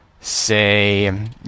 say